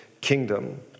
kingdom